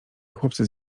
chłopcy